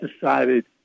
decided